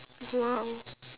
!wow!